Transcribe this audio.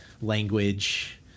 language